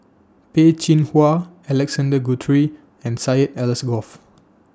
Peh Chin Hua Alexander Guthrie and Syed Alsagoff